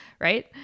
Right